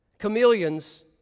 chameleons